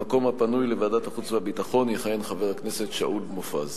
במקום הפנוי של ועדת החוץ והביטחון יכהן חבר הכנסת שאול מופז.